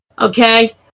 Okay